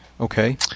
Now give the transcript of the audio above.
Okay